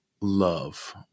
love